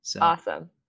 Awesome